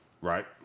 Right